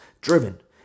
driven